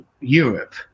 Europe